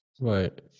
right